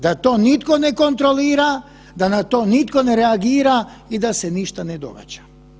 Da to nitko ne kontrolira, da na to nitko ne reagira i da se ništa ne događa.